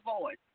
voice